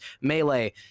melee